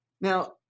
Now